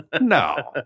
No